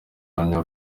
uhamya